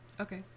Okay